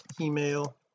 email